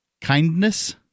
Kindness